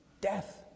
Death